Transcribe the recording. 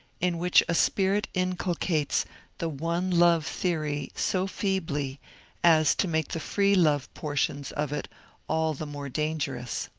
in which a spirit inculcates the one love theory so feebly as to make the free love portions of it all the more dangerous.